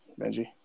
Benji